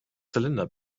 zylinder